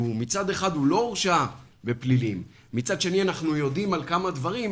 כשמצד אחד הוא לא הורשע בפלילים ומצד שני אנחנו יודעים על כמה דברים,